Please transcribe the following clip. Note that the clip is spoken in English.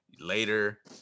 later